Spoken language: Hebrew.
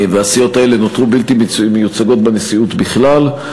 והסיעות האלה נותרו בלתי מיוצגות בנשיאות בכלל.